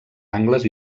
angles